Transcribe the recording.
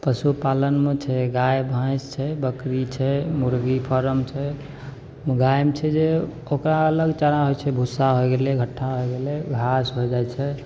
पशुपालनमे छै गाय भैंस छै बकरी छै मुर्गी फोरम छै गायमे छै जे ओकरा अलग चारा होय छै भूसा होय गेलै घट्ठा होय गेलै घास होय जाइत छै